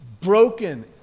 broken